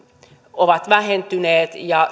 ovat vähentyneet ja